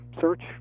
search